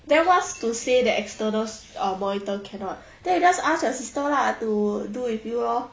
then what's to say that external um monitor cannot then you just ask your sister lah to do with you lor